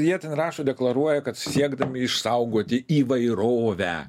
jie ten rašo deklaruoja kad siekdami išsaugoti įvairovę